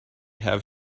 have